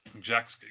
Jack's